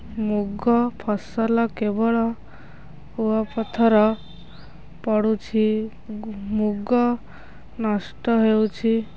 ମୁଗ ଫସଲ କେବଳ କୂଆ ପଥର ପଡ଼ୁଛି ମୁଗ ନଷ୍ଟ ହେଉଛି